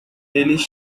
eles